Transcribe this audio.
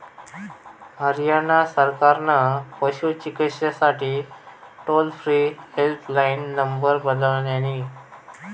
हरयाणा सरकारान पशू चिकित्सेसाठी टोल फ्री हेल्पलाईन नंबर बनवल्यानी